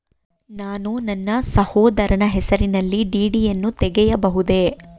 ನಾನು ನನ್ನ ಸಹೋದರನ ಹೆಸರಿನಲ್ಲಿ ಡಿ.ಡಿ ಯನ್ನು ತೆಗೆಯಬಹುದೇ?